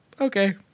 okay